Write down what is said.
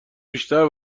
بیشتر